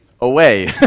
away